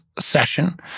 session